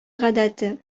гадәте